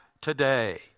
today